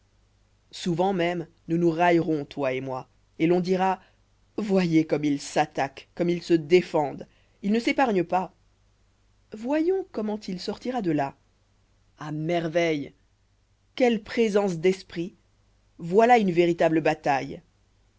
souvent même nous nous raillerons toi et moi et l'on dira voyez comme ils s'attaquent comme ils se défendent ils ne s'épargnent pas voyons comment il sortira de là à merveille quelle présence d'esprit voilà une véritable bataille